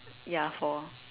ya four